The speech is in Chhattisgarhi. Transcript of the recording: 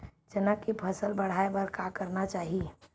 चना के फसल बढ़ाय बर का करना चाही?